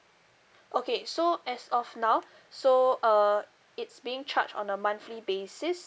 okay so as of now so uh it's being charged on a monthly basis